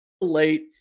late